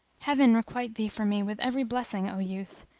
heaven requite thee for me with every blessing, o youth!